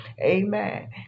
Amen